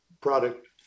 product